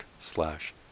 slash